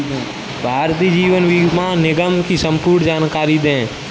भारतीय जीवन बीमा निगम की संपूर्ण जानकारी दें?